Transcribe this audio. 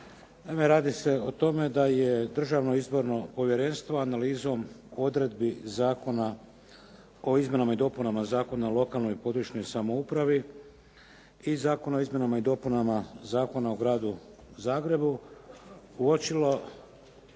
radi se o tome da je državno izborno povjerenstvo analizom odredbi Zakona o izmjenama i dopunama Zakona o lokalnoj i područnoj samoupravi i Zakona o izmjenama i dopunama Zakona o gradu Zagrebu uočilo